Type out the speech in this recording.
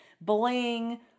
bling